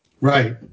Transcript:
Right